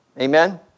Amen